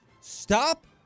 stop